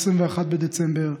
21 בדצמבר,